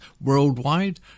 worldwide